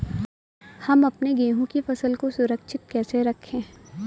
हम अपने गेहूँ की फसल को सुरक्षित कैसे रखें?